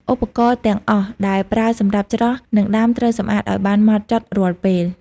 ឧបករណ៍ ទាំងអស់ដែលប្រើសម្រាប់ច្រោះ និងដាំត្រូវសម្អាតឱ្យបានហ្មត់ចត់រាល់ពេល។